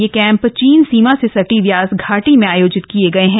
ये कैंप चीन सीमा से सटी व्यास घाटी में आयोजित किए गये हैं